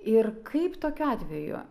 ir kaip tokiu atveju